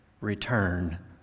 return